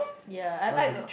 ya I I uh